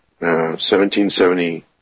1770